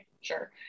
sure